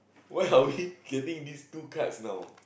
why are we getting these two cards now